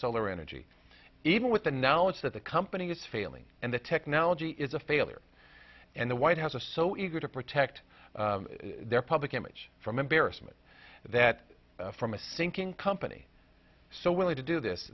solar energy even with the knowledge that the company is failing and the technology is a failure and the white house a so eager to protect their public image from embarrassment that from a sinking company so willing to do this